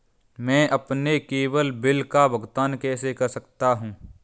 मैं अपने केवल बिल का भुगतान कैसे कर सकता हूँ?